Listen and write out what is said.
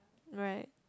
right